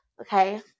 okay